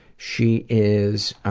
she is